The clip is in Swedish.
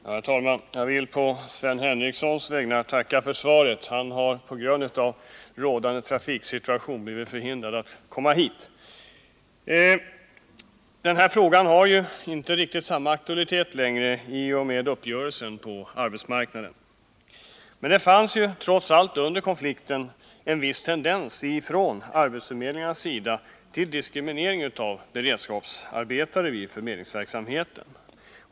Herr talman! Jag vill på Sven Henricssons vägnar tacka för svaret. Han har på grund av rådande trafiksituation blivit förhindrad att komma hit. Den här frågan har inte längre samma aktualitet i och med uppgörelsen på arbetsmarknaden. Men det fanns trots allt under konflikten en viss tendens från arbetsförmedlingarnas sida till diskriminering av beredskapsarbetare vid förmedlingsverksamheten.